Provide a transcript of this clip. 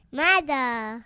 mother